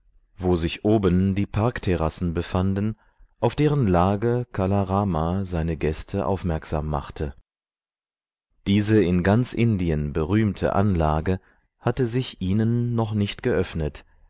wo sich oben die parkterrassen befanden auf deren lage kala rama seine gäste aufmerksam machte diese in ganz indien berühmte anlage hatte sich ihnen noch nicht geöffnet